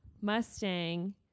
Mustang